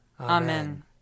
Amen